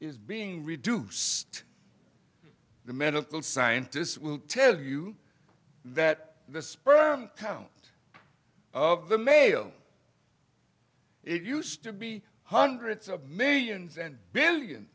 is being reduced the medical scientists will tell you that the sperm count of the male it used to be hundreds of millions and billions